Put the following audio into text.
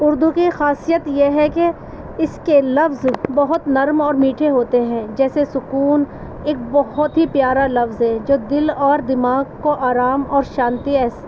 اردو کی خاصیت یہ ہے کہ اس کے لفظ بہت نرم اور میٹھے ہوتے ہیں جیسے سکون ایک بہت ہی پیارا لفظ ہے جو دل اور دماغ کو آرام اور شانتی